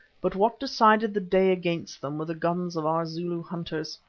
but what decided the day against them were the guns of our zulu hunters.